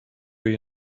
you